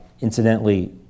incidentally